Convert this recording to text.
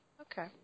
Okay